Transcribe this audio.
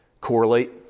correlate